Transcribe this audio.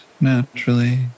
naturally